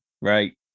right